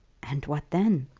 and what then?